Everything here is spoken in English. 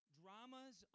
dramas